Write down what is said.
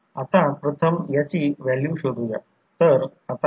तर secondary parameters primary साईडला कोण घेईल